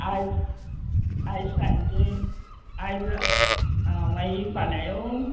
आयज आयज सांचे आयज आं मागीर फाल्यां येव